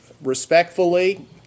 respectfully